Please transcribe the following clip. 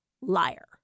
liar